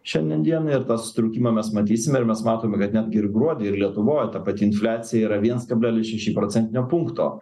šiandien dienai ir tą susitraukimą mes matysime ir mes matome kad netgi ir gruodį ir lietuvoj ta pati infliacija yra viens kablelis šeši procentinio punkto